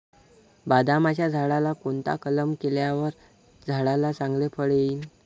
बदामाच्या झाडाला कोणता कलम केल्यावर झाडाला चांगले फळ येईल?